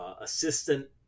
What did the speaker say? assistant